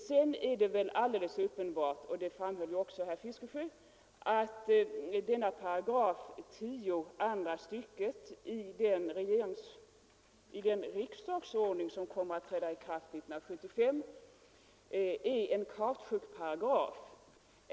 Det är vidare alldeles uppenbart, och det framhölls också klart av herr Fiskesjö, att 10 § andra stycket i den riksdagsordning som kommer att träda i kraft 1975 är en kautschukparagraf.